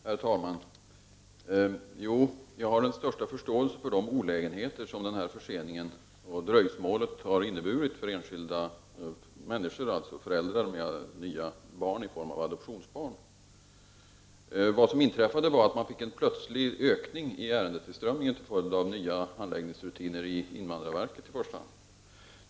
Herr talman! Jo, jag har den största förståelse för de olägenheter som detta dröjsmål har inneburit för föräldrar med adoptivbarn. Vad som inträffade var att man fick en plötslig ökning i ärendetillströmningen till följd av nya handläggningsrutiner i invandrarverket.